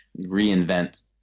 reinvent